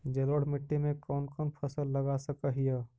जलोढ़ मिट्टी में कौन कौन फसल लगा सक हिय?